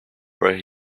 where